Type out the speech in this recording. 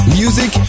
music